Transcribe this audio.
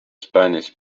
spanish